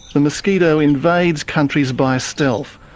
the mosquito invades countries by stealth,